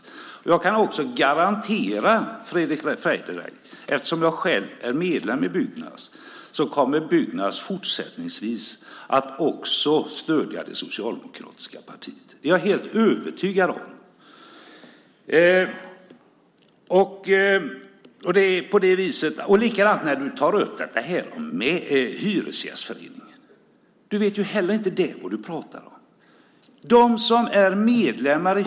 Eftersom jag själv är medlem i Byggnads, Fredrick Federley, kan jag också garantera att Byggnads även fortsättningsvis kommer att stödja det socialdemokratiska partiet. Det är jag helt övertygad om. Det är likadant när du tar upp Hyresgästföreningen. Då vet du inte heller vad du pratar om.